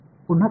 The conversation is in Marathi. पुन्हा सांगा